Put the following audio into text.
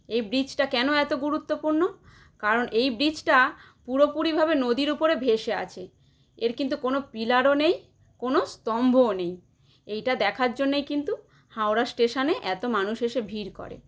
এ ব্রিজটা কেন এতো গুরুত্বপূর্ণ কারণ এই ব্রিজটা পুরোপুরিভাবে নদীর ওপরে ভেসে আছে এর কিন্তু কোনো পিলারও নেই কোনো স্তম্ভও নেই এইটা দেখার জন্যেই কিন্তু হাওড়া স্টেশনে এতো মানুষ এসে ভিড় করে